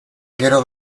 gero